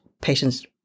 patients